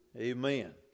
amen